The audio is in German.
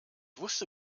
wusste